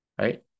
Right